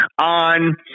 on